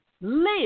live